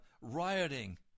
Rioting